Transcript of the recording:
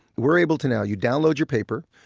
we're able to now, you download your paper,